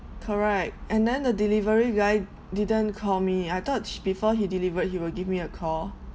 correct and then the delivery guy didn't call me I thought she before he delivered he will give me a call